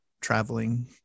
traveling